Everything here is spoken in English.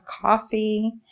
coffee